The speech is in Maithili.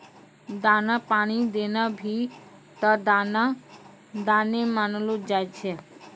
दाना पानी देना भी त दाने मानलो जाय छै